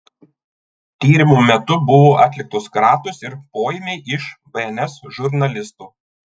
tyrimo metu buvo atliktos kratos ir poėmiai iš bns žurnalistų